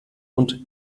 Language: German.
und